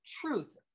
truth